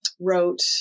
wrote